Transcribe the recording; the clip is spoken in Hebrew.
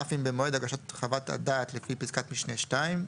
אף אם במועד הגשת חוות הדעת לפי פסקת משנה (2)